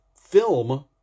film